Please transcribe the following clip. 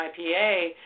IPA